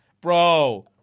Bro